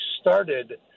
started